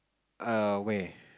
err where